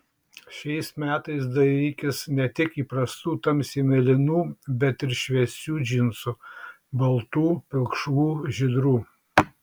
šiais metais dairykis ne tik įprastų tamsiai mėlynų bet ir šviesių džinsų baltų pilkšvų žydrų